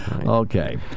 Okay